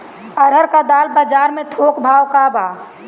अरहर क दाल बजार में थोक भाव का बा?